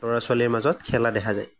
ল'ৰা ছোৱালীৰ মাজত খেলা দেখা যায়